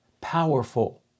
powerful